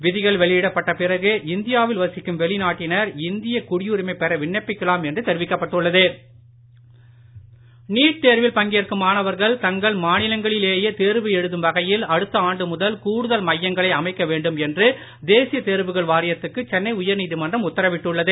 விதிகள்வெளியிடப்பட்டபிறகுஇந்தியாவில்வசிக்கும்வெளிநாட்டின ர்இந்தியகுடியுரிமைபெறவிணப்பிக்கலாம்என்றுதெரிவிக்கப்பட்டுள்ள து நீட்தேர்வில்பங்கேற்கும்மாணவர்கள்தங்கள்மாநிலங்களிலேயேதேர் வுஎழுதும்வகையில் அடுத்தஆண்டுமுதல் கூடுதல்மையங்களைஅமைக்கவேண்டும்என்றுதேசியதேர்வுகள்வாரியத் துக்குசென்னைஉயர்நீதிமன்றம்உத்தரவிட்டுள்ளது